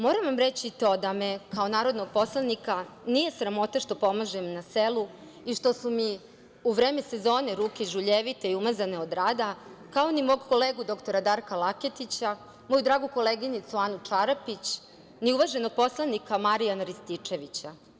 Moram vam reći i to da me kao narodnog poslanika nije sramota što pomažem na selu i što su mi u vreme sezone ruke žuljevite i umazane od rada, kao ni mog kolegu dr Darka Laketića, moju dragu koleginicu Anu Čarapić, ni uvaženog poslanika Marijana Rističevića.